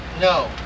No